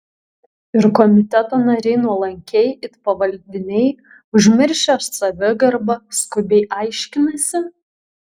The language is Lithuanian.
ir komiteto nariai nuolankiai it pavaldiniai užmiršę savigarbą skubiai aiškinasi